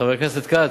חבר הכנסת כץ,